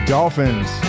Dolphins